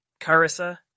Carissa